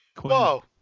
Whoa